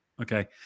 Okay